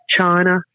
China